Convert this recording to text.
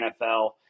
NFL